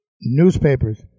newspapers